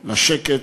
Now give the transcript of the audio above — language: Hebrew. לשקט,